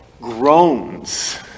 groans